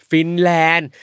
Finland